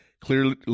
clearly